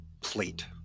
plate